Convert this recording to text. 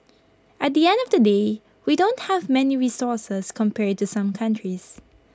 at the end of the day we don't have many resources compared to some countries